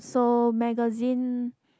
so magazine